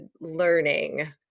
learning